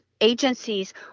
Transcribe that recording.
agencies